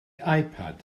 ipad